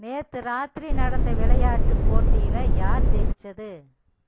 நேற்று இராத்திரி நடந்த விளையாட்டு போட்டியில் யார் ஜெயித்தது